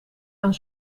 aan